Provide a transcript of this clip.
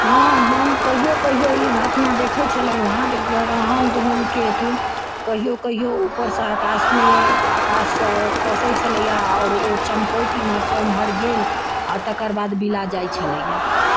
हँ हम कहियो कहियो ई घटना देखै छलहुॅं हँ जे ग्रहण धुमकेतू कहियो कहियो ऊपर सँ आकाश मे आकाश सँ खसै छलैया आओर ओ चमकैत इम्हर सँ उम्हर गेल आ तकर बाद बिला जाइ छलैया